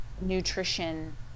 nutrition